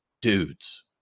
dudes